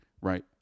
right